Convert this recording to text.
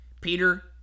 Peter